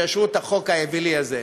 יאשרו את החוק האווילי הזה.